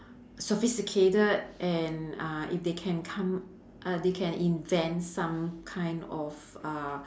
sophisticated and uh if they can come uh they can invent some kind of uh